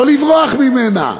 לא לברוח ממנה,